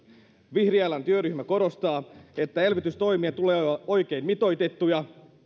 vihriälän työryhmä korostaa että elvytystoimien tulee olla oikein mitoitettuja